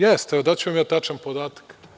Jeste, evo daću vam ja tačan podatak.